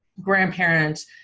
grandparents